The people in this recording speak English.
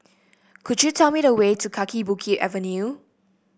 could you tell me the way to Kaki Bukit Avenue